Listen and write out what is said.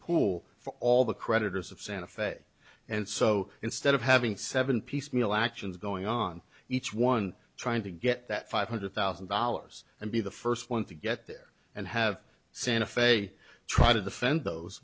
for all the creditors of santa fe and so instead of having seven piecemeal actions going on each one trying to get that five hundred thousand dollars and be the first one to get there and have santa fe try to defend those